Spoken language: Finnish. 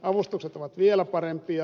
avustukset ovat vielä parempia